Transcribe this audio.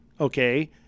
Okay